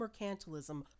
mercantilism